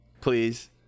please